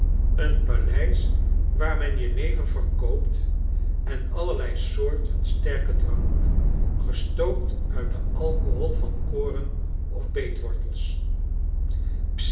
een paleis waar men jenever verkoopt en allerlei soort van sterkendrank gestookt uit den alcohol van koren of beetwortels